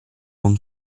buon